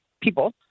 people